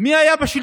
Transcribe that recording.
מי היה בשלטון?